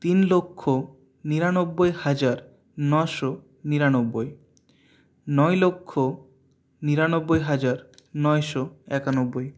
তিন লক্ষ নিরানব্বই হাজার নশো নিরানব্বই নয় লক্ষ নিরানব্বই হাজার নয়শো একানব্বই